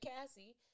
Cassie